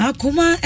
Akuma